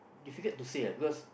difficult to say ah because